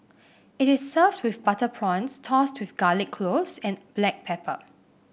it is served with butter prawns tossed with garlic cloves and black pepper